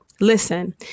Listen